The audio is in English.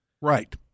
Right